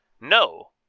no